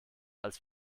als